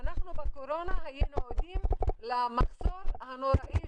אנחנו בקורונה היינו עדים למחסור הנוראי